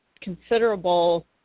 considerable